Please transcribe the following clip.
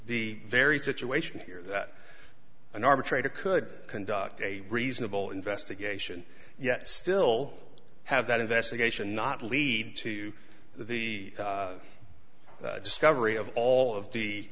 the very situation here that an arbitrator could conduct a reasonable investigation yet still have that investigation not lead to the discovery of all of the